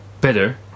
better